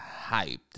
hyped